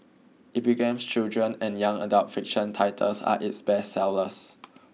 Epigram's children and young adult fiction titles are its bestsellers